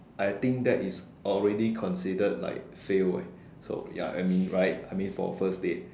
I think that is already considered like fail eh so ya I mean right I mean for a first date